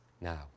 now